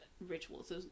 rituals